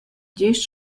gest